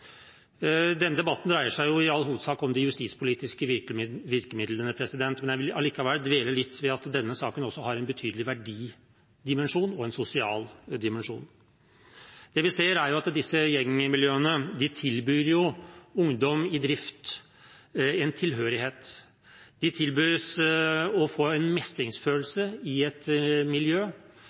Denne debatten dreier seg i all hovedsak om de justispolitiske virkemidlene, men jeg vil likevel dvele litt ved at denne saken også har en betydelig verdidimensjon og en sosial dimensjon. Det vi ser, er at disse gjengmiljøene tilbyr ungdom i drift en tilhørighet. De tilbys å få en mestringsfølelse i et miljø,